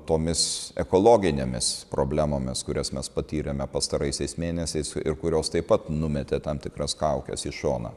tomis ekologinėmis problemomis kurias mes patyrėme pastaraisiais mėnesiais ir kurios taip pat numetė tam tikras kaukes į šoną